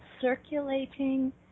circulating